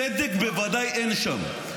צדק בוודאי אין שם.